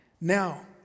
Now